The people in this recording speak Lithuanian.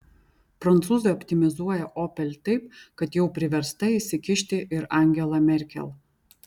prancūzai optimizuoja opel taip kad jau priversta įsikišti ir angela merkel